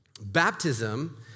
Baptism